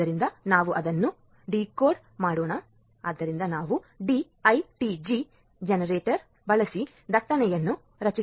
ಆದ್ದರಿಂದ ನಾವು ಅದನ್ನು ಡಿಕೋಡ್ ಮಾಡೋಣ ಆದ್ದರಿಂದ ನಾವು ಡಿ ಐಟಿಜಿ ಜನರೇಟರ್ ಬಳಸಿ ದಟ್ಟಣೆಯನ್ನು ರಚಿಸಿದ್ದೇವೆ